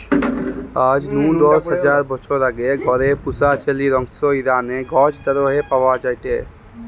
আজ নু দশ হাজার বছর আগে ঘরে পুশা ছেলির অংশ ইরানের গ্নজ দারেহে পাওয়া যায়টে